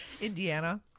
Indiana